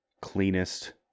cleanest